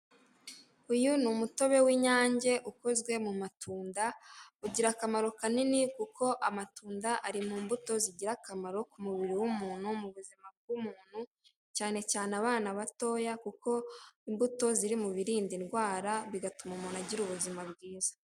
Uyu ni umutobe w'Inyange ukozwe mu matunda, ugira akamaro kanini kuko amatunda ari mu mbuto zigira akamaro kumubiri w'umuntu mu buzima bw'umuntu cyane cyane abana batoya, kuko imbuto ziri mubirinda indwara bigatuma umuntu agira ubuzima bwiza.